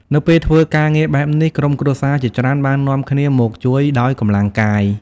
នៅពេលធ្វើការងារបែបនេះ ក្រុមគ្រួសារជាច្រើនបាននាំគ្នាមកជួយដោយកម្លាំងកាយ។